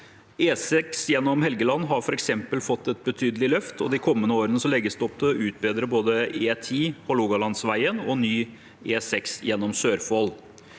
E6 gjennom Helgeland har f.eks. fått et betydelig løft, og de kommende årene legges det opp til å utbedre både E10 Hålogalandsvegen og ny E6 gjennom Sørfold.